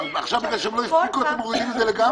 עכשיו בגלל שזה לא הספיק אתם מורידים את זה לגמרי.